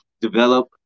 develop